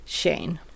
Shane